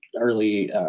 early